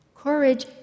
Courage